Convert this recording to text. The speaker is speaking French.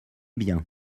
bien